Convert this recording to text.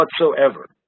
whatsoever